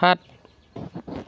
সাত